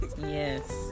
Yes